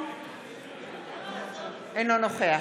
אינו נוכח